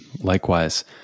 likewise